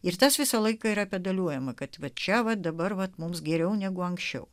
ir tas visą laiką yra pedaluojama kad va čia va dabar vat mums geriau negu anksčiau